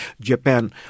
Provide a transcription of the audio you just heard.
Japan